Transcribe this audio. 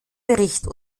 bericht